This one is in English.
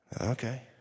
Okay